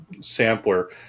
sampler